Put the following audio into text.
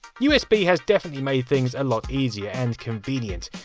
usb has definitely made things a lot easier, and convenient,